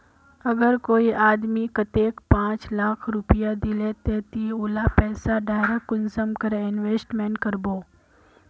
अगर कोई आदमी कतेक पाँच लाख रुपया दिले ते ती उला पैसा डायरक कुंसम करे इन्वेस्टमेंट करबो?